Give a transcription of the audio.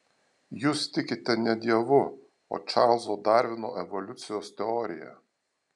jūs tikite ne dievu o čarlzo darvino evoliucijos teorija